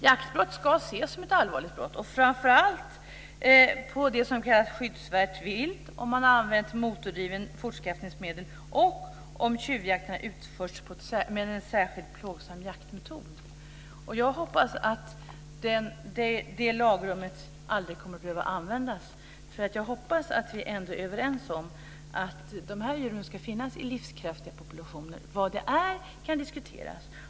Jaktbrott ska ses som ett allvarligt brott, framför allt för det som kallas för skyddsvärt vilt, om man har använt motordrivet fortskaffningsmedel och om tjuvjakt har utförts med en särskilt plågsam jaktmetod. Jag hoppas att det lagrummet aldrig kommer att behöva användas. Jag hoppas nämligen att vi ändå är överens om att djuren ska finnas i livskraftiga populationer. Vad det är kan sedan diskuteras.